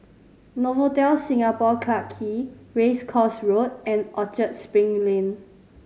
Novotel Singapore Clarke Quay Race Course Road and Orchard Spring Lane